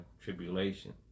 tribulation